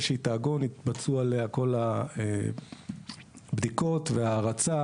שהיא תעגון יתבצעו עליה כל הבדיקות וההרצה